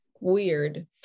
weird